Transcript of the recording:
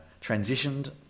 transitioned